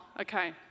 okay